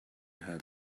hurt